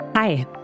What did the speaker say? Hi